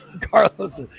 carlos